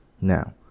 Now